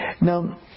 Now